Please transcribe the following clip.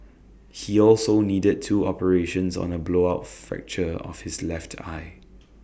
he also needed two operations on A blowout fracture of his left eye